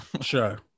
sure